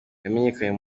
yamenyekanye